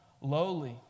lowly